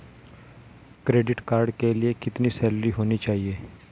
Credit card के लिए कितनी सैलरी होनी चाहिए?